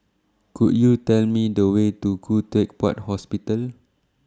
Could YOU Tell Me The Way to Khoo Teck Puat Hospital